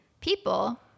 people